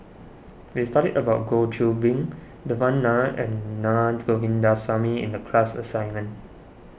we studied about Goh Qiu Bin Devan Nair and Naa Govindasamy in the class assignment